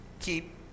keep